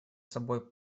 собой